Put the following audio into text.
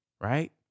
right